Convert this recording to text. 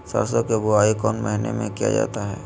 सरसो की बोआई कौन महीने में किया जाता है?